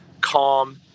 calm